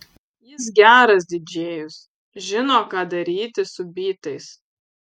jis geras didžėjus žino ką daryti su bytais